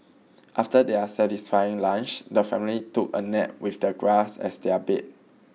after their satisfying lunch the family took a nap with the grass as their bed